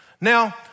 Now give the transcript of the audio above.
Now